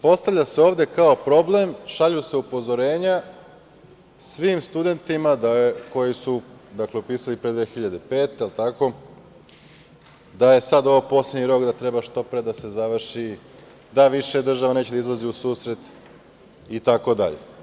Postavlja se ovde kao problem, šalju se upozorenja svim studentima koji su, dakle, upisali pre 2005. godine, jel tako, da je sad ovo poslednji rok, da treba što pre da se završi, da više država neće da izlazi u susret, itd.